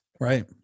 Right